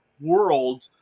worlds